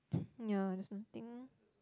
yeah there's nothing